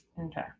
Okay